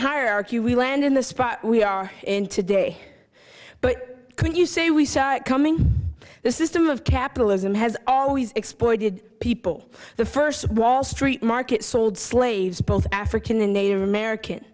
hierarchy we land in the spot we are in today but can you say we saw it coming this is them of capitalism has always exploited people the first wall street markets sold slaves both african and native american